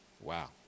Wow